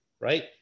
right